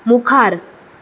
मुखार